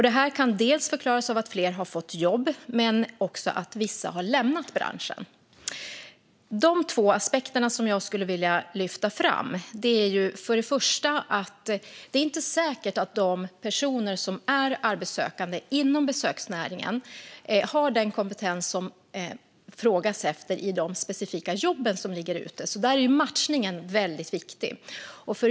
Detta kan förklaras dels av att fler har fått jobb, dels av att vissa har lämnat branschen. Det är alltså två aspekter som jag skulle vilja lyfta fram. För det första är det inte säkert att de personer som är arbetssökande inom besöksnäringen har den kompetens som efterfrågas i de specifika jobb som ligger ute. Där är matchningen väldigt viktig.